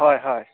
হয় হয়